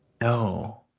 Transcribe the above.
No